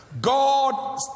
God